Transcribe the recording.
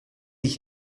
sich